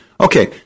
Okay